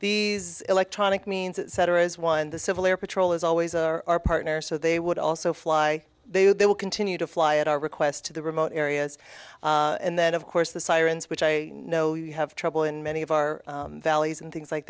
these electronic means ceterus one the civil air patrol is always our partner so they would also fly they will continue to fly at our request to the remote areas and then of course the sirens which i know you have trouble in many of our valleys and things like